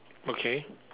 okay